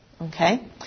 Okay